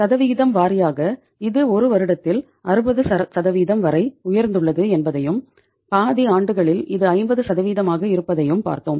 சதவிகிதம் வாரியாக இது ஒரு வருடத்தில் 60 வரை உயர்ந்துள்ளது என்பதையும் பாதி ஆண்டுகளில் இது 50 ஆக இருப்பதையும் பார்த்தோம்